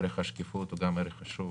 ערך השקיפות הוא גם ערך חשוב,